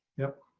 yep.